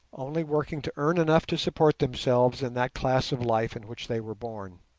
only working to earn enough to support themselves in that class of life in which they were born.